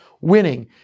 winning